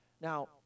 Now